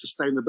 sustainability